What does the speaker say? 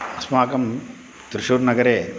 अस्माकं त्रिशूर्नगरे